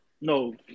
No